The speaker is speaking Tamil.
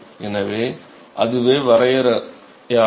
எனவே அதுவே வரையறையாகும்